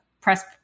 press